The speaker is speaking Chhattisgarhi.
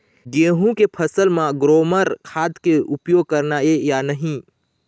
गेहूं के फसल म ग्रोमर खाद के उपयोग करना ये या नहीं?